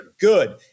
good